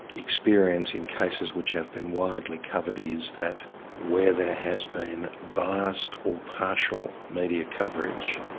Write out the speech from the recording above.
experience in cases which have been widely covered is that where there has been biased or partial media coverage,